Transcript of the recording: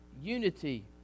unity